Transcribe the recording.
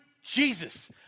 Jesus